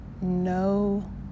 no